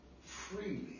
freely